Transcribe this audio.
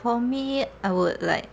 for me I would like